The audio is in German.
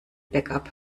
backup